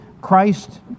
Christ